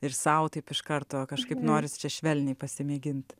ir sau taip iš karto kažkaip norisi čia švelniai pasimėginti